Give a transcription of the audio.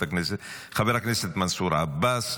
חבר הכנסת מנסור עבאס,